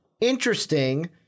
Interesting